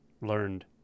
learned